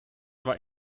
war